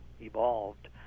evolved